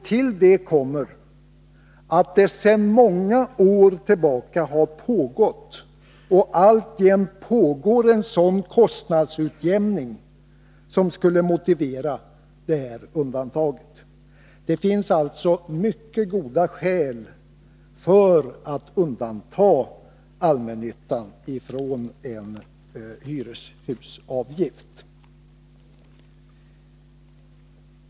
Till detta kommer att det sedan många år tillbaka har pågått och alltjämt pågår en kostnadsutjämning, som också skulle motivera detta undantag. Det finns alltså mycket goda skäl för att undanta allmännyttan från en hyreshusavgift.